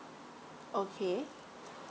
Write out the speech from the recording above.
okay